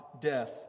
death